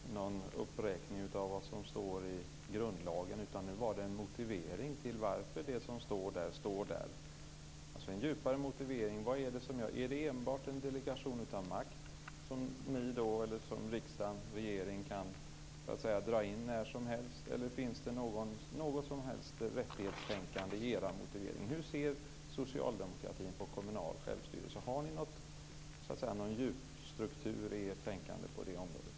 Herr talman! Jag frågade inte efter någon uppräkning av vad som står i grundlagen, utan jag bad om en motivering till att det som står där finns med, alltså en djupare motivering. Är det enbart fråga om en delegering av makt som riksdag och regering kan dra in när som helst, eller finns det något som helst rättighetstänkande i er motivering? Hur ser socialdemokratin på kommunal självstyrelse? Har ni någon djupstruktur i ert tänkande på det området?